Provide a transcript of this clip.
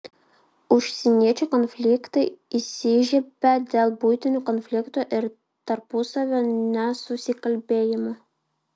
užsieniečių konfliktai įsižiebia dėl buitinių konfliktų ir tarpusavio nesusikalbėjimo